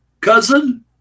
cousin